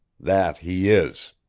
that he is.